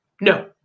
no